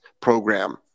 program